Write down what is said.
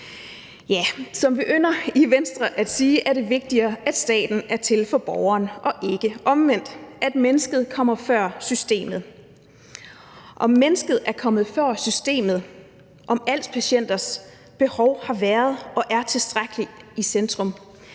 Ja, som vi i Venstre ynder at sige, er det vigtigt, at staten er til for borgeren og ikke omvendt; at mennesket kommer før systemet. Om mennesket er kommet før systemet, og om als-patienters behov har været og er tilstrækkeligt i centrum,